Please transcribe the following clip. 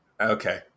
Okay